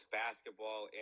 basketball